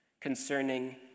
concerning